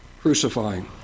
crucifying